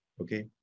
Okay